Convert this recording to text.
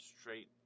straight